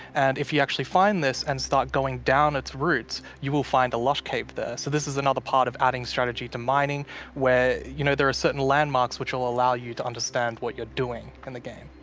and if you actually find this and start going down its roots, you will find a lush cave there. so this is another part of adding strategy to mining where you know there are certain landmarks which will allow you to understand what you're doing in the game.